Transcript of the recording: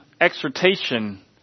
exhortation